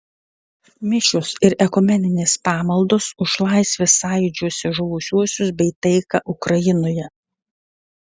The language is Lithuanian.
mišios ir ekumeninės pamaldos už laisvės sąjūdžiuose žuvusiuosius bei taiką ukrainoje